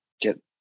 get